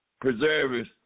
preservers